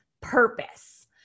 purpose